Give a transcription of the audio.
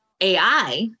AI